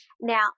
Now